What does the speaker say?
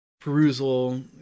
perusal